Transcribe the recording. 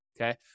Okay